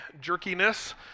jerkiness